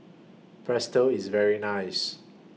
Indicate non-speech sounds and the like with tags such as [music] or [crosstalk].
[unintelligible] IS very nice